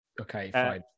Okay